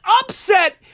upset